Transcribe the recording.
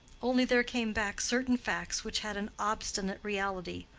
only there came back certain facts which had an obstinate reality,